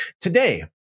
Today